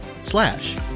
slash